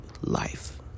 life